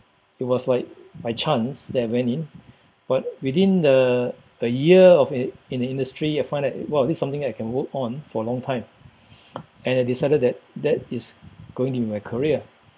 it was like by chance that I went in but within the a year of i~ in the industry I find that !wow! this is something that I can work on for a long time and I decided that that is going to be my career